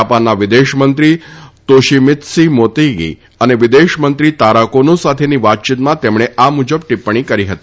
જાપાનના વિદેશમંત્રી Toshimitsu Motegi અને વિદેશમંત્રી તારા કોનો સાથેની વાતચીતમાં તેમણે આ મુજબ ટીપ્પણી કરી હતી